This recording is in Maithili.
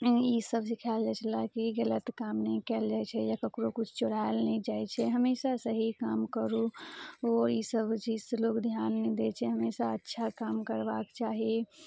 इसब सिखाएल जाइ छलऽ कि गलत काम नहि कयल जाइ छै या ककरो किछु चुरायल नैशहि जाइ छै हमेशा सही काम करू ओ इसब चीज से लोग ध्यान नहि दै छै हमेशा अच्छा काम करबाक चाही